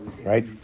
right